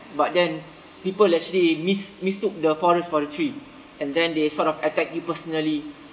but then people actually mis~ mistook the forest for the tree and then they sort of attack me personally